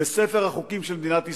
בספר החוקים של מדינת ישראל,